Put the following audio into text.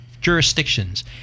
jurisdictions